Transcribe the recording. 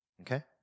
okay